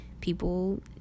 people